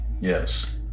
Yes